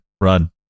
Run